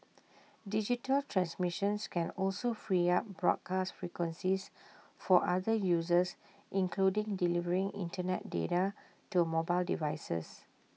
digital transmissions can also free up broadcast frequencies for other uses including delivering Internet data to mobile devices